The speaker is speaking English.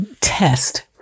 test